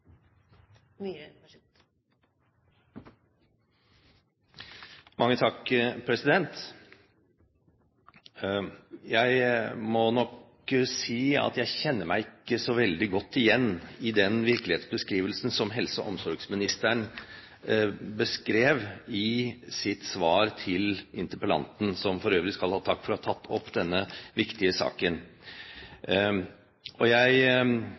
Jeg må nok si at jeg ikke kjenner meg så veldig godt igjen i den virkelighetsbeskrivelsen som helse- og omsorgsministeren kom med i sitt svar til interpellanten, som for øvrig skal ha takk for å ha tatt opp denne viktige saken. Jeg legger også til grunn innledningsvis at jeg